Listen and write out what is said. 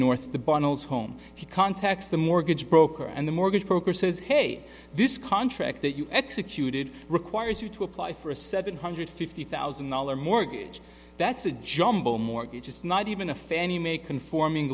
north the bottles home he contacts the mortgage broker and the mortgage broker says hey this contract that you executed requires you to apply for a seven hundred fifty thousand dollar mortgage that's a jumbo mortgages not even a fannie mae conforming